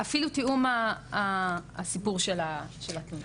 אפילו תיאום הסיפור שלה.